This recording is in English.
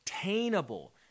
attainable